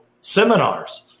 seminars